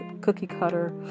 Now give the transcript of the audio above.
cookie-cutter